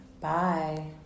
bye